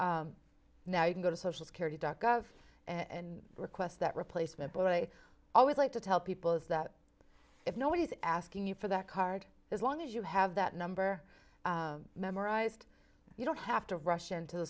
now you can go to social security dot gov and request that replacement but i always like to tell people is that if nobody's asking you for that card as long as you have that number memorized you don't have to rush into